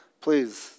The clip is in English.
please